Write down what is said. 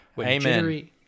Amen